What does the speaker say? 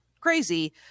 crazy